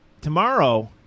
tomorrow